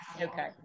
okay